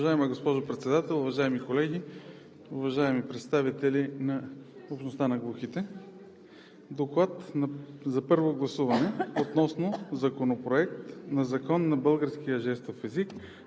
Уважаема госпожо Председател, уважаеми колеги, уважаеми представители на общността на глухите! „ДОКЛАД за първо гласуване относно Законопроект за българския жестов език,